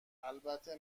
البته